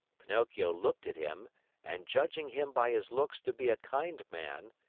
pinocchio looked at him and, judging him by his looks to be a kind man,